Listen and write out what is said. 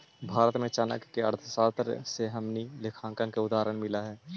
भारत में चाणक्य के अर्थशास्त्र से हमनी के लेखांकन के उदाहरण मिल हइ